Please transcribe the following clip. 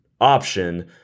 option